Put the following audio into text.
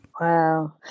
Wow